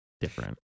different